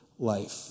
Life